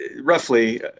Roughly